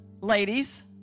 ladies